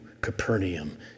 Capernaum